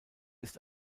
ist